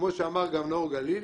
כמו שאמר נאור גלילי,